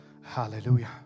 hallelujah